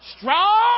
Strong